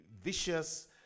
vicious